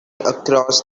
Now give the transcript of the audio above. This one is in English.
across